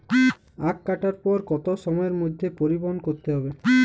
আখ কাটার পর কত সময়ের মধ্যে পরিবহন করতে হবে?